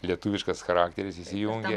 lietuviškas charakteris įsijungia